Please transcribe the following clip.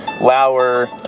Lauer